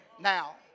now